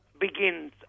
begins